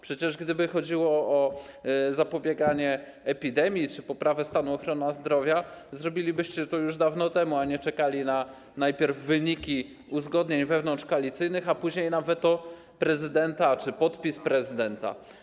Przecież gdyby chodziło o zapobieganie epidemii czy poprawę stanu ochrony zdrowia, zrobilibyście to już dawno temu, a nie czekali najpierw na wyniki uzgodnień wewnątrzkoalicyjnych, a później na weto prezydenta czy podpis prezydenta.